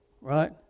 right